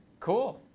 cool.